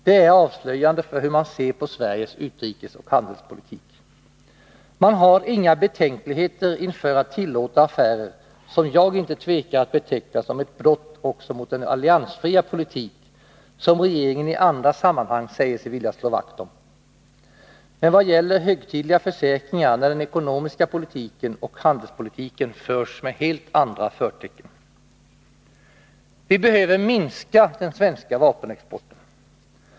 Det är avslöjande för hur man ser på Sveriges utrikesoch handelspolitik. Man har inga betänkligheter inför att tillåta affärer som jag inte tvekar att beteckna som ett brott också mot den alliansfria politik som regeringen i andra sammanhang säger sig vilja slå vakt om. Men vad hjälper högtidliga försäkringar, när den ekonomiska politiken och handelspolitiken förs med helt andra förtecken? Vi behöver minska den svenska vapenexporten.